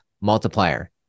multiplier